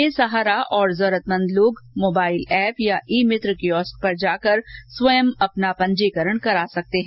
बेसहारा और जरूरतमंद लोग मोबाइल एप या ई मित्र कियोस्क पर जाकर स्वयं अपना पंजीकरण करा सकते है